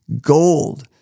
gold